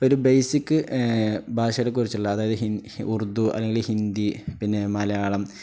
ഒരു ബേസിക് ഭാഷയെക്കുറിച്ചുള്ള അതായത് ഉർദു അല്ലെങ്കിൽ ഹിന്ദി പിന്നെ മലയാളം